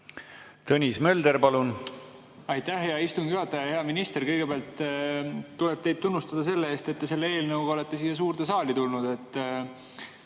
Tõnis Mölder, palun! Aitäh, hea istungi juhataja! Hea minister! Kõigepealt tuleb teid tunnustada selle eest, et te selle eelnõuga olete siia suurde saali tulnud.